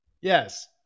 Yes